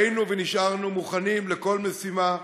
היינו ונשארנו מוכנים לכל משימה,